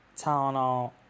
Tylenol